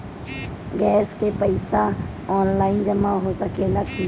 Gas के पइसा online जमा हो सकेला की?